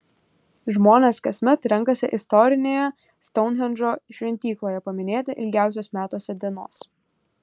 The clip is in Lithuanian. žmonės kasmet renkasi istorinėje stounhendžo šventykloje paminėti ilgiausios metuose dienos